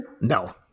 no